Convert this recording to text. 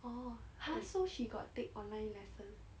orh !huh! so she got take online lesson